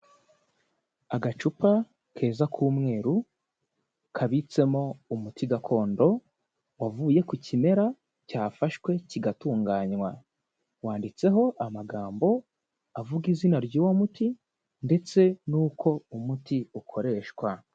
Agacupa keza k'umweru kabitsemo umuti gakondo wavuye ku kimera cyafashwe kigatunganywa, wanditseho amagambo avuga izina ry'uwo muti, ndetse n'uko umuti ukoreshwa.